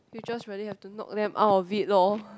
you just really have to knock them out of it loh